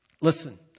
Listen